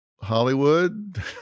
Hollywood